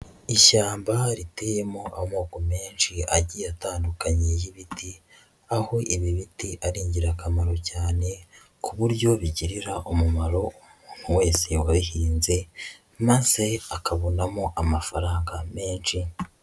Ishyamba riteyemo amoko menshi agiye atandukanye y'ibiti aho ibi biti ari ingirakamaro cyane ku buryo bigirira umumaro umuntu wese wabihinze maze akabonamo amafaranga menshi.